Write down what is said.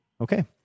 okay